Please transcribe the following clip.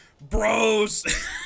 bros